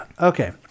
Okay